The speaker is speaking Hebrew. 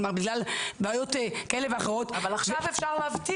בגלל בעיות כאלה ואחרות --- אבל עכשיו אפשר להבטיח.